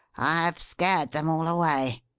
i have scared them all away.